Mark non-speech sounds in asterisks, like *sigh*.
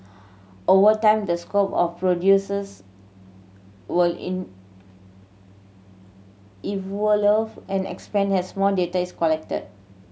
over time the scope of procedures will *unintelligible* evolve and expand has more data is collected